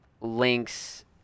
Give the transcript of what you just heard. links